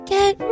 Get